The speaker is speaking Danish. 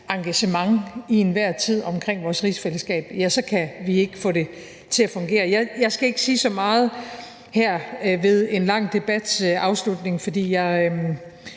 engagement i enhver tid for vores rigsfællesskab, kan vi ikke få det til at fungere. Jeg skal ikke sige så meget her ved afslutningen af en